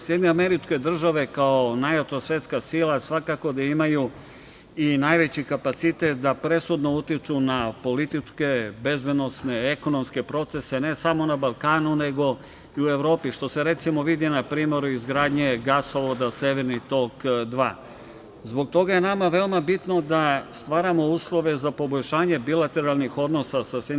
Sjedinjene Američke Države kao najjača svetska sila svakako da imaju i najveći kapacitet da presudno utiču na političke, bezbednosne, ekonomske procese, ne samo na Balkanu nego i u Evropi, što se, recimo, vidi na primeru izgradnje gasovoda Severni tok 2. Zbog toga je nama veoma bitno da stvaramo uslove za poboljšanje bilateralnih odnosa sa SAD.